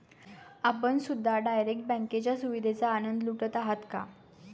आपण सुद्धा डायरेक्ट बँकेच्या सुविधेचा आनंद लुटत आहात का?